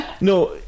No